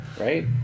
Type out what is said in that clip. right